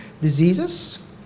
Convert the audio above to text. diseases